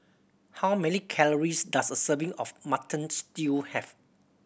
how many calories does a serving of Mutton Stew have